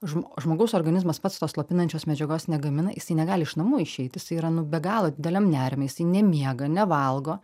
žm žmogaus organizmas pats tos slopinančios medžiagos negamina jisai negali iš namų išeiti jisai yra nu be galo dideliam nerime jisai nemiega nevalgo